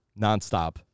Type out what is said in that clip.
Nonstop